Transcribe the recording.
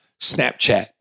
Snapchat